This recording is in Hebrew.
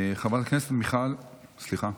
סליחה,